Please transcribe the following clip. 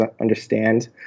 understand